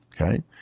Okay